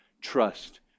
Trust